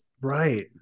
Right